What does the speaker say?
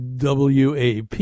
WAP